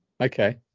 Okay